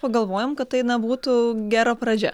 pagalvojom kad tai na būtų gera pradžia